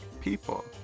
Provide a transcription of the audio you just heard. People